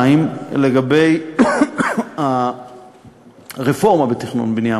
2. לגבי הרפורמה בתכנון ובנייה,